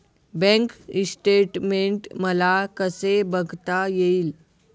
Bank statement मला कसे बघता येईल?